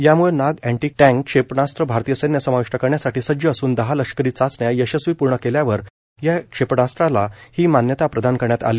यामुळं Nag anti tank क्षेपणास्त्र आरतीय सैन्यात समाविष्ट करण्यासाठी सज्ज असून दहा लष्करी चाचण्या यशस्वी पूर्ण केल्यावर या क्षेपणास्त्राला ही मान्यता प्रदान करण्यात आली